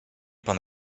pan